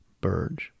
Burge